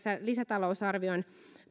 lisätalousarvion